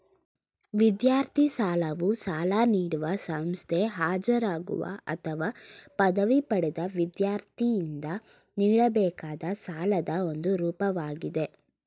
ವಿದ್ಯಾರ್ಥಿ ಸಾಲವು ಸಾಲ ನೀಡುವ ಸಂಸ್ಥೆ ಹಾಜರಾಗುವ ಅಥವಾ ಪದವಿ ಪಡೆದ ವಿದ್ಯಾರ್ಥಿಯಿಂದ ನೀಡಬೇಕಾದ ಸಾಲದ ಒಂದು ರೂಪವಾಗಿದೆ